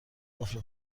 قفل